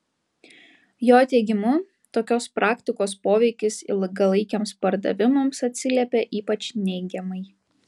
jo teigimu tokios praktikos poveikis ilgalaikiams pardavimams atsiliepia ypač neigiamai